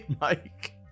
Mike